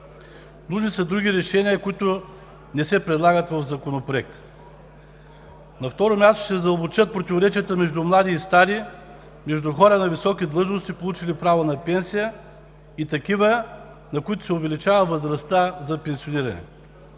Нужни са други решения, които не се предлагат в Законопроекта. На второ място, ще се задълбочат противоречията между млади и стари, между хора на високи длъжности, получили право на пенсия, и такива, на които се увеличава възрастта за пенсиониране.